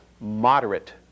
moderate